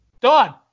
Don